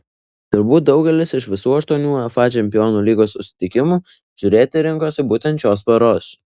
turbūt daugelis iš visų aštuonių uefa čempionų lygos susitikimų žiūrėti rinkosi būtent šios poros